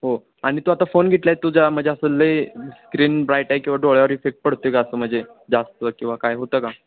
हो आणि तू आता फोन घेतला आहे तुझा म्हणजे असं लय स्क्रीन ब्राईट आहे किंवा डोळ्यावर इफेक्ट पडतो आहे का असं म्हणजे जास्त किंवा काय होतं का